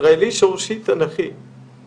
ישראלי שורשי תנ"כי;